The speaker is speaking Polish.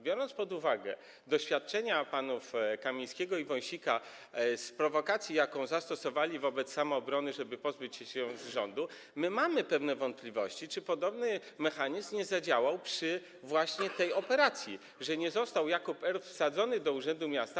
Biorąc pod uwagę doświadczenia panów Kamińskiego i Wąsika z prowokacji, jaką zastosowali wobec Samoobrony, żeby pozbyć się jej z rządu, my mamy pewne wątpliwości, czy podobny mechanizm nie zadziałał przy właśnie tej operacji, że nie został Jakub R. wsadzony do urzędu miasta.